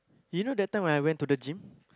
you know that time when I went to gym